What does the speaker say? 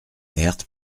herth